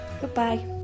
goodbye